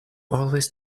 always